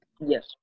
yes